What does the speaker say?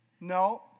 no